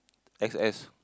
X_S